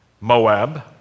Moab